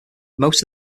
most